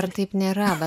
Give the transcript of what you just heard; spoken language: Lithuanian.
dar taip nėra bet